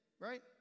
Right